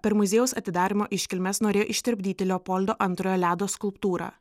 per muziejaus atidarymo iškilmes norėjo ištirpdyti leopoldo antrojo ledo skulptūrą